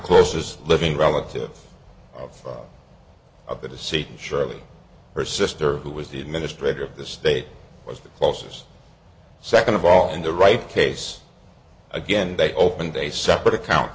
closest living relative of of the deceit surely her sister who was the administrator of the state was the closest second of all in the right case again they opened a separate account